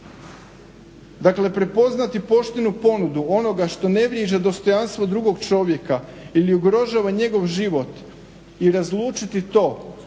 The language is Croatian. Dakle, prepoznati poštenu ponudu onoga što ne vrijeđa dostojanstvo drugog čovjeka ili ugrožava njegov život i razlučiti to